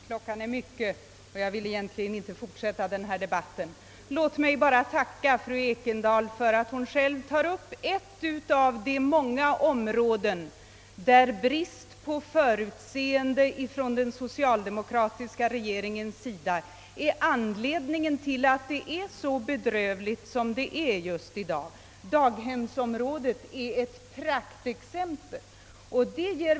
Herr talman! Klockan är mycket och jag vill egentligen inte fortsätta denna debatt. Låt mig bara tacka fru Ekendahl för att hon själv tar upp ett av de många områden där brist på förutseende hos den socialdemokratiska rege ringen är anledningen till att det nu är så bedrövligt ställt. Daghemsområdet är ett praktexempel på detta.